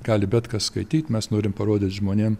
gali bet kas skaityt mes norim parodyt žmonėm